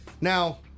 Now